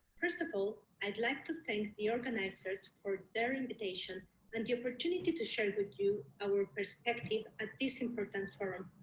first of all, i'd like to thank the organisers for their invitation and the opportunity to share with you our perspective at this important forum.